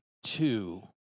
Two